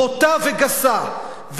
בוטה וגסה,